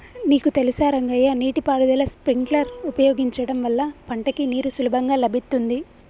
నీకు తెలుసా రంగయ్య నీటి పారుదల స్ప్రింక్లర్ ఉపయోగించడం వల్ల పంటకి నీరు సులభంగా లభిత్తుంది